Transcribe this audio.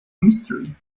mystery